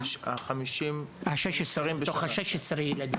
השנה שעברה.